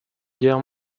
guerre